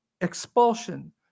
expulsion